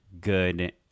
good